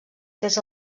fes